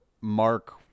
Mark